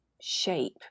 shape